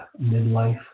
Midlife